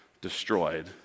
destroyed